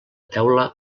teula